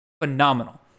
phenomenal